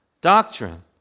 Doctrine